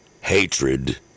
hatred